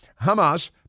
Hamas